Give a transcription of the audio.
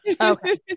Okay